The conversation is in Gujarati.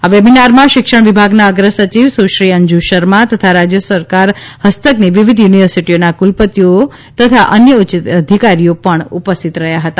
આ વેબિનારમા શિક્ષણ વિભાગના અગ્ર સચિવ સુશ્રી અંજુ શર્મા તથા રાજ્ય સરકાર હસ્તકની વિવિધ યુનિવર્સિટીઓના કુલપતિઓઓ તથા અન્ય ઉચ્ય અધિકારીઓ પણ ઉપસ્થિત રહ્યા હતા